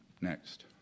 Next